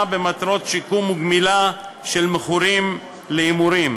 במטרות שיקום וגמילה של מכורים להימורים,